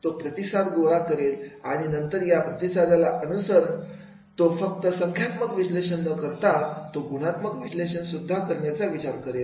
तो प्रतिसाद गोळा करेल आणि नंतर या प्रतिसादाला नुसार तो फक्त संख्यात्मक विश्लेषण न करता तो गुणात्मक विश्लेषण सुद्धा करण्याचा विचार करेल